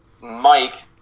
Mike